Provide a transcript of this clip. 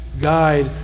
guide